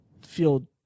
feel